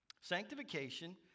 Sanctification